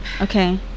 Okay